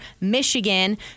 Michigan